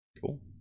Cool